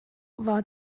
war